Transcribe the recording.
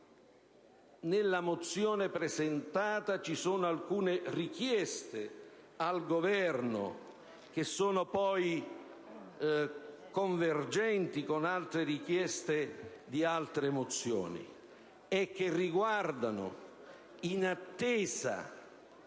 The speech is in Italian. nella mozione n. 202 (testo 2) ci sono alcune richieste al Governo - convergenti con altre richieste di altre mozioni - che riguardano, in attesa